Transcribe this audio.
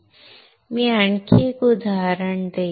मी आणखी एक उदाहरण घेईन